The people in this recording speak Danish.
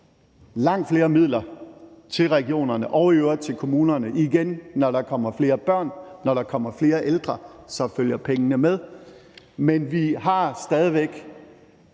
langt flere midler til regionerne og i øvrigt til kommunerne. Når der kommer flere børn og der kommer flere ældre, følger pengene med, men vi har stadig væk